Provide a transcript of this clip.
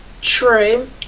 True